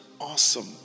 awesome